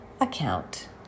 account